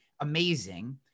amazing